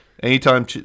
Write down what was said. Anytime